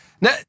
Now